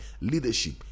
leadership